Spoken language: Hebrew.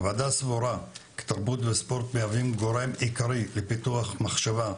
הוועדה סבורה כי תרבות וספורט מהווים גורם עיקרי לפיתוח מחשבה,